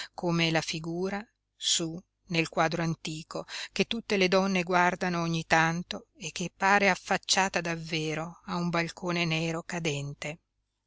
come la figura su nel quadro antico che tutte le donne guardano ogni tanto e che pare affacciata davvero a un balcone nero cadente